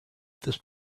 this